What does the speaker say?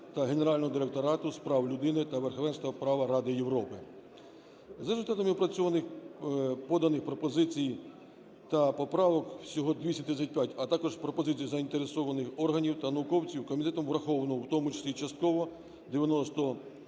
та Генерального Директорату з прав людини та верховенства права Ради Європи. За результатами опрацьованих, поданих пропозицій та поправок (всього 235), а також пропозиції заінтересованих органів та науковців, комітетом враховано, в тому числі, частково 94